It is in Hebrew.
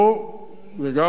וגם עבורנו,